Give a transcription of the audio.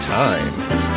time